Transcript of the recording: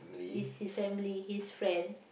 his his family his friend